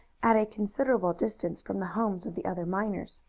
at a considerable distance from the homes of the other miners.